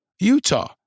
Utah